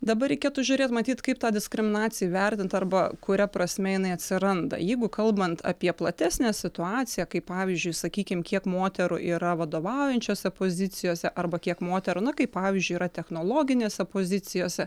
dabar reikėtų žiūrėt matyt kaip tą diskriminaciją įvertint arba kuria prasme jinai atsiranda jeigu kalbant apie platesnę situaciją kaip pavyzdžiui sakykim kiek moterų yra vadovaujančiose pozicijose arba kiek moterų na kaip pavyzdžiui yra technologinėse pozicijose